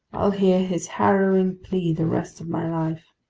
i'll hear his harrowing plea the rest of my life!